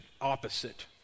Opposite